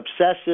obsessive